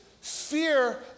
fear